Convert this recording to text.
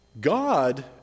God